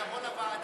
ותבוא לוועדה,